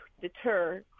deter